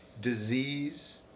disease